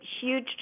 huge